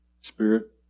Spirit